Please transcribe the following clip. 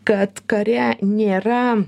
kad kare nėra